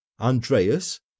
Andreas